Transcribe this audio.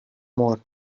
more